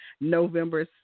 November